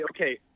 okay